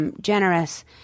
Generous